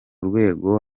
rwego